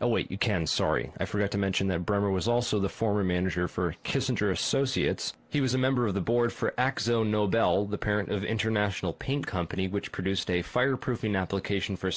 and what you can sorry i forgot to mention that bremmer was also the former manager for kissinger associates he was a member of the board for x the nobel the parent of international pain company which produced a fireproofing application for